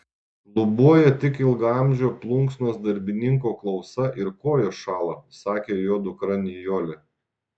šlubuoja tik ilgaamžio plunksnos darbininko klausa ir kojos šąla sakė jo dukra nijolė